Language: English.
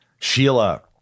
Sheila